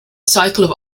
cycle